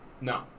No